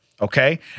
okay